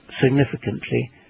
significantly